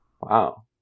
Wow